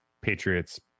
Patriots